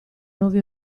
nuova